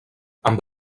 amb